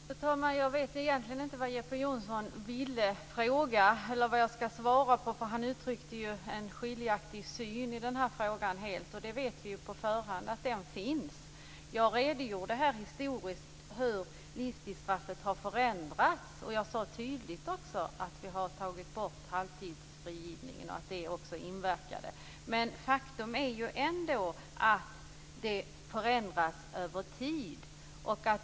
Fru talman! Jag vet egentligen inte vad Jeppe Johnsson ville fråga om och vad jag skall svara på. Han uttryckte en skiljaktig syn i den här frågan, och vi vet ju på förhand att den finns. Jag redogjorde historiskt för hur livstidsstraffet har förändrats. Jag sade också tydligt att vi har tagit bort halvtidsfrigivningen och att det också inverkade. Men faktum är ju ändå att det förändras över tid.